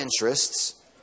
interests